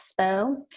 expo